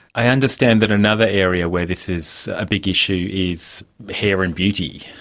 i understand that another area where this is a big issue is hair and beauty.